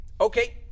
Okay